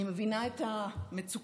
אני מבינה את המצוקה